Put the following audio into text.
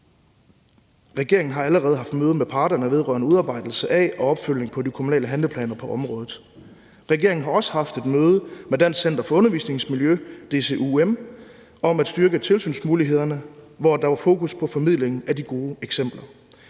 Regeringen har allerede haft møde med parterne vedrørende udarbejdelse af og opfølgning på de kommunale handleplaner på området. Regeringen har også haft et møde med Dansk Center for Undervisningsmiljø, DCUM, om at styrke tilsynsmulighederne, hvor der var fokus på formidling af de gode eksempler.